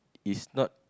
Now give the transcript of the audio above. is not